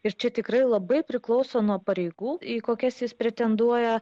ir čia tikrai labai priklauso nuo pareigų į kokias jis pretenduoja